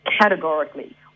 categorically